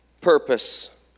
purpose